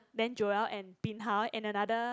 then Joel and bin hao and another